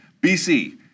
BC